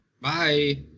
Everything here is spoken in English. bye